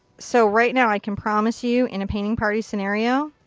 so right now i can promise you in a painting party scenario,